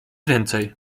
więcej